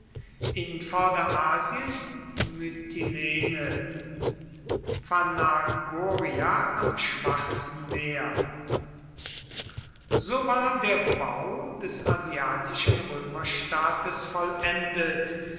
in vorderasien mytilene phanagoria am schwarzen meer so war der bau des asiatischen römerstaates vollendet